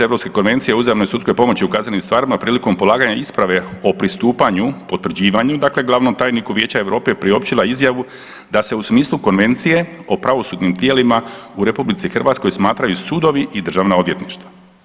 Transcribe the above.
Europske konvencije o uzajamnoj sudskoj pomoći u kaznenim stvarima prilikom polaganja isprave o pristupanju, potvrđivanju glavnom tajniku Vijeća Europe priopćila izjavu da se u smislu konvencije o pravosudnim tijelima u RH smatraju sudovi i državna odvjetništva.